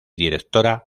directora